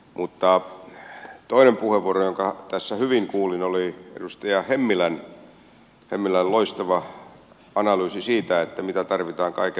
toinen puheenvuoro jonka tässä hyvin kuulin oli edustaja hemmilän loistava analyysi siitä mitä tarvitaan kaiken perustaksi